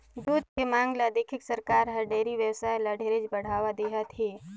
दूद के मांग ल देखके सरकार हर डेयरी बेवसाय ल ढेरे बढ़ावा देहत हे